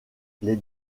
les